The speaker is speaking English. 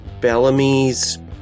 Bellamy's